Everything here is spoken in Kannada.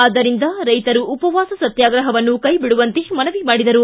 ಆದ್ದರಿಂದ ರೈತರು ಉಪವಾಸ ಸತ್ವಾಗ್ರಹವನ್ನು ಕೈಬಿಡುವಂತೆ ಮನವಿ ಮಾಡಿದರು